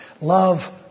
love